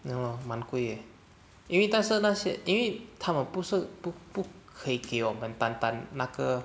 oh 蛮贵 eh 因为但是那些因为他们不是不不可以给我们单单那个